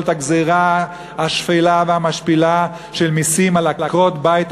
את הגזירה השפלה והמשפילה של מסים על עקרות-בית.